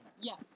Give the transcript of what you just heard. Yes